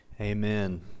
Amen